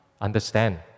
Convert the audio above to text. understand